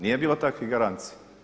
Nije bilo takvih garancija.